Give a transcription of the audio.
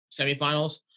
semifinals